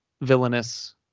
villainous